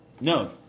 No